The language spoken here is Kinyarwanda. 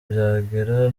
byagera